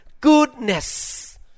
goodness